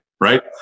Right